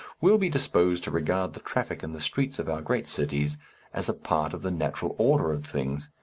will be disposed to regard the traffic in the streets of our great cities as a part of the natural order of things,